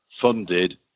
funded